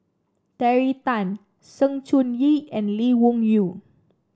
Terry Tan Sng Choon Yee and Lee Wung Yew